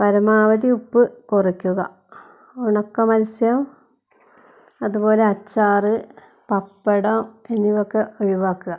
പരമാവധി ഉപ്പ് കുറയ്ക്കുക ഉണക്കമത്സ്യം അതുപോലെ അച്ചാറ് പപ്പടം എന്നിവയൊക്കെ ഒഴിവാക്കുക